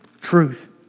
truth